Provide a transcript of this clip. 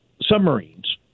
submarines